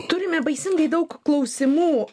turime baisingai daug klausimų